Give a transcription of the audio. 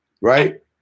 right